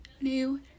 new